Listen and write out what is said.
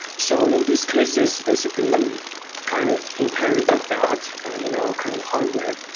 so in these cases, basically, we kind of inherited that in our current hardware.